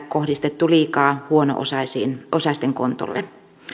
kohdistettu liikaa huono osaisten kontolle